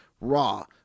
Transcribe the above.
Raw